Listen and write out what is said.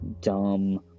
dumb